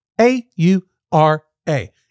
A-U-R-A